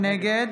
נגד